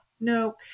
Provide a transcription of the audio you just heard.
no